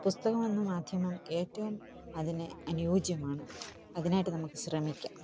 പുസ്തകമെന്ന മാധ്യമം ഏറ്റവും അതിന് അനുയോജ്യമാണ് അതിനായിട്ട് നമുക്ക് ശ്രമിക്കാം